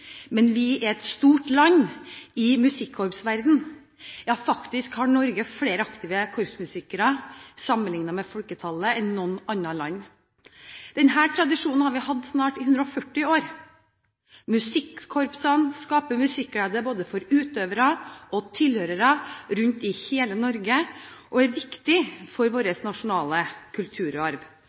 men vi er et stort land i musikkorpsverdenen. Faktisk har Norge flere aktive korpsmusikere i forhold til folketallet enn noe annet land. Denne tradisjonen har vi hatt i snart 140 år. Musikkorpsene skaper musikkglede for både utøvere og tilhørere rundt i hele Norge, og de er viktige for vår nasjonale kulturarv.